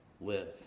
live